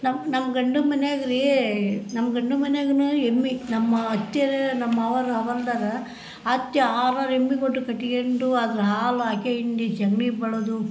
ನಮ್ಮ ನಮ್ಮ ಗಂಡನ ಮನೆಯಾಗೆ ರಿ ನಮ್ಮ ಗಂಡನ ಮನೆಯಾಗೂ ಎಮ್ಮೆ ನಮ್ಮ ಅತ್ತೆರು ನಮ್ಮ ಮಾವಾವ್ರು ಹವಲ್ದಾರ ಅತ್ತೆ ಆರಾರು ಎಮ್ಮೆ ಕೊಟ್ಟು ಕಟಿಗೊಂಡು ಅದ್ರ ಹಾಲು ಆಕೆ ಹಿಂಡಿ ಸಗ್ಣಿ ಬಳಿದು